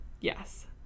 yes